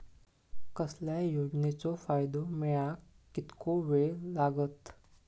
कसल्याय योजनेचो फायदो मेळाक कितको वेळ लागत?